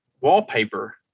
wallpaper